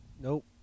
Nope